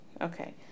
Okay